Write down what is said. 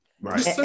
Right